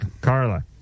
Carla